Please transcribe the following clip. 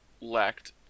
lacked